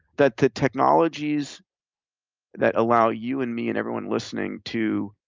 that the technologies that allow you and me and everyone listening to